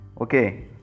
okay